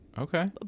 Okay